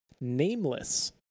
Nameless